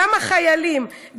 גם החיילים,